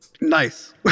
Nice